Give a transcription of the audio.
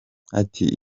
ati